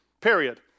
Period